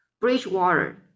Bridgewater